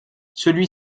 celui